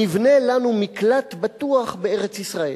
נבנה לנו מקלט בטוח בארץ-ישראל.